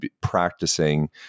practicing